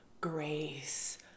grace